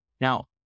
Now